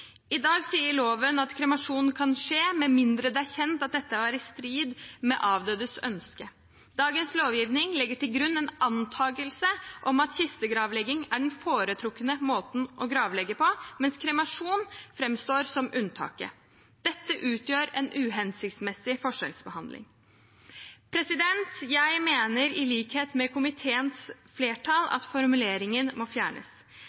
I dag sier loven at kremasjon kan skje med mindre det er kjent at dette var i strid med avdødes ønske. Dagens lovgivning legger til grunn en antakelse om at kistegravlegging er den foretrukne måten å gravlegge på, mens kremasjon framstår som unntaket. Dette utgjør en uhensiktsmessig forskjellsbehandling. Jeg mener, i likhet med komiteens flertall, at formuleringen må fjernes.